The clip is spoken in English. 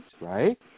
right